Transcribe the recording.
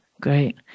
Great